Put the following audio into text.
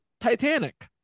Titanic